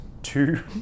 two